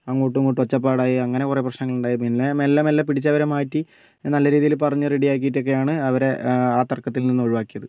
അങ്ങോട്ടും ഇങ്ങോട്ടും ഒച്ചപ്പാടായി അങ്ങനെ കുറേ പ്രശ്നങ്ങൾ ഉണ്ടായി പിന്നെ മെല്ലെ മെല്ലെ പിടിച്ച് അവരെ മാറ്റി നല്ല രീതിയിൽ പറഞ്ഞ് റെഡി ആക്കിയിട്ടൊക്കെയാണ് അവരെ ആ തർക്കത്തിൽ നിന്ന് ഒഴിവാക്കിയത്